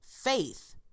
Faith